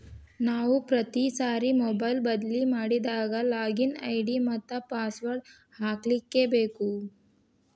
ನಾವು ಪ್ರತಿ ಸಾರಿ ಮೊಬೈಲ್ ಬದ್ಲಿ ಮಾಡಿದಾಗ ಲಾಗಿನ್ ಐ.ಡಿ ಮತ್ತ ಪಾಸ್ವರ್ಡ್ ಹಾಕ್ಲಿಕ್ಕೇಬೇಕು